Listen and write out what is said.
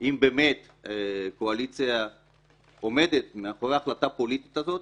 אם באמת הקואליציה עומדת מאחורי ההחלטה הפוליטית הזאת,